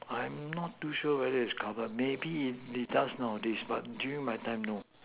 I'm not too sure whether is covered maybe it it just now but during my time no